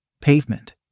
Pavement